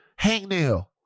hangnail